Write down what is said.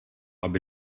aby